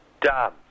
done